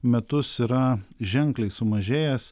metus yra ženkliai sumažėjęs